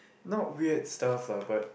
not weird stuff lah but